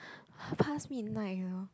past midnight you know